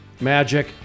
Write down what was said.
magic